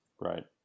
Right